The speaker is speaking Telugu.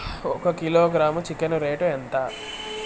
ఒక కిలోగ్రాము చికెన్ రేటు ఎంత?